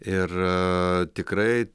ir tikrai